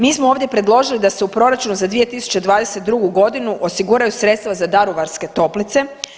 Mi smo ovdje predložili da se u proračunu za 2022. godinu osiguraju sredstva za Daruvarske toplice.